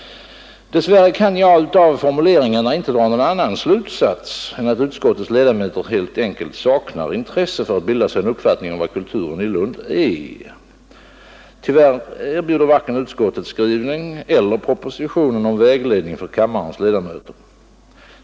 Dess värre kan jag av formuleringarna inte dra någon annan slutsats än att utskottets ledamöter helt enkelt saknat intresse för att bilda sig en uppfattning om vad Kulturen i Lund egentligen är. Tyvärr erbjuder varken utskottets skrivning eller propositionen någon vägledning för kammarens ledamöter.